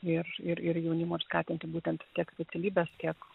ir ir ir jaunimo skatinti būtent tiek specialybes tiek